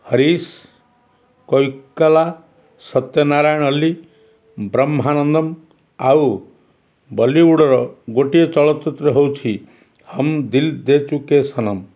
ହରିସ୍ କୈକଲା ସତ୍ୟନାରାୟଣ ଅଲି ବ୍ରହ୍ମାନନ୍ଦମ୍ ଆଉ ବଲିଉଡ଼୍ର ଗୋଟିଏ ଚଳଚ୍ଚିତ୍ର ହେଉଛି ହମ୍ ଦିଲ୍ ଦେଚୁକେ ସନମ୍